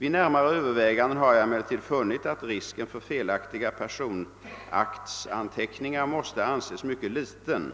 Vid närmare övervägande har jag emellertid funnit att risken för felaktiga personaktsanteckningar måste anses mycket liten.